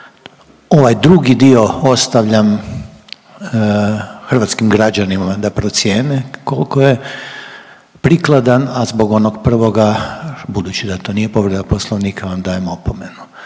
ovaj drugi dio ostavljam hrvatskim građanima da procijene kolko je prikladan. A zbog onog prvoga budući da to nije povreda poslovnika vam dajem opomenu.